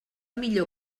millor